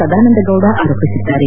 ಸದಾನಂದಗೌಡ ಆರೋಪಿಸಿದ್ದಾರೆ